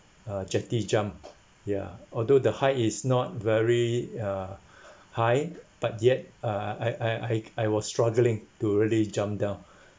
a jetty jump ya although the height is not very uh high but yet uh I I I I was struggling to really jump down